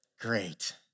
great